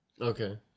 Okay